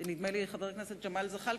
נדמה לי חבר הכנסת ג'מאל זחאלקה,